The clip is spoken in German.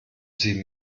sie